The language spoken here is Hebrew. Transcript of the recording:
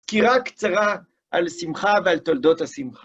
קירה קצרה על שמחה ועל תולדות השמחה.